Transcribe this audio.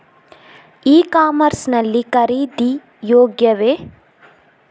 E ಕಾಮರ್ಸ್ ಲ್ಲಿ ಖರೀದಿ ಯೋಗ್ಯವೇ?